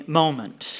moment